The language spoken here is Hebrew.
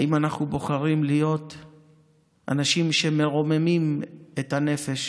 האם אנחנו בוחרים להיות אנשים שמרוממים את הנפש